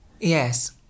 Yes